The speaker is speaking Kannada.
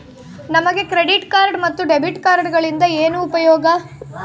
ನಮಗೆ ಕ್ರೆಡಿಟ್ ಕಾರ್ಡ್ ಮತ್ತು ಡೆಬಿಟ್ ಕಾರ್ಡುಗಳಿಂದ ಏನು ಉಪಯೋಗ?